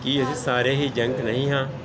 ਕੀ ਅਸੀਂ ਸਾਰੇ ਹੀ ਜੰਕ ਨਹੀਂ ਹਾਂ